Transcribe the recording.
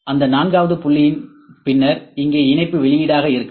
அந்த நான்காவது புள்ளியின் பின்னர் இங்கே இணைப்பு வெளியீடாக இருக்கலாம்